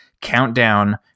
countdown